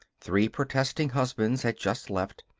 three protesting husbands had just left.